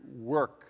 work